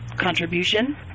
contribution